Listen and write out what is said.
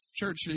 Church